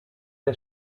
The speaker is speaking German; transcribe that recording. der